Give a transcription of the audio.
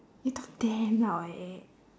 you talk damn loud eh